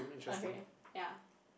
okay ya